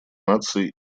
наций